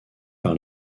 par